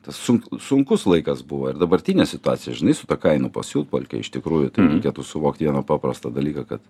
tas sunkus laikas buvo ir dabartinė situacija žinai su ta kainų pasiutpolke iš tikrųjų tai reikėtų suvokti vieną paprastą dalyką kad